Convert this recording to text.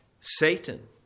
Satan